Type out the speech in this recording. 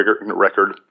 record